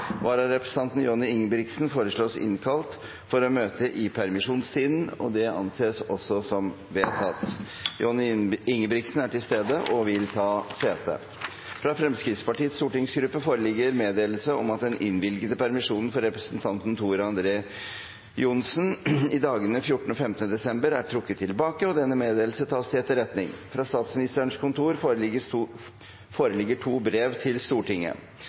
Vararepresentanten, Johnny Ingebrigtsen, foreslås innkalt for å møte i permisjonstiden. – Det anses vedtatt. Johnny Ingebrigtsen er til stede og vil ta sete. Fra Fremskrittspartiets stortingsgruppe foreligger meddelelse om at den innvilgede permisjonen for representanten Tor André Johnsen i dagene 14. og 15. desember er trukket tilbake. – Denne meddelelse tas til etterretning. Fra Statsministerens kontor foreligger det to brev til Stortinget.